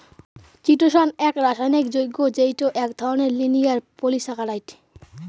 chitosan এক রাসায়নিক যৌগ্য যেইটো এক ধরণের লিনিয়ার পলিসাকারাইড